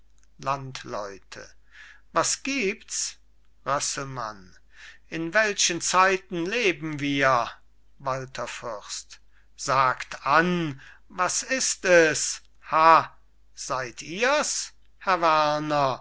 landleute was gibt's rösselmann in welchen zeiten leben wir walther fürst sagt an was ist es ha seid ihr's